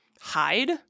hide